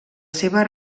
seva